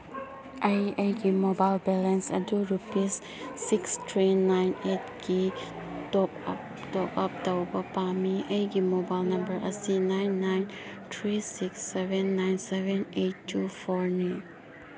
ꯑꯩ ꯑꯩꯒꯤ mobile balance ꯑꯗꯨ ꯔꯨꯄꯤꯁ ꯁꯤꯛꯁ ꯊ꯭ꯔꯤ ꯅꯥꯏꯟ ꯑꯩꯠꯀꯤ ꯇꯣꯞꯑꯞ ꯇꯧꯕ ꯄꯥꯝꯃꯤ ꯑꯩꯒꯤ ꯃꯣꯕꯥꯏꯜ ꯅꯝꯕꯔ ꯑꯁꯤ nine nine three six seven nine seven eight two ꯐꯣꯔꯅꯤ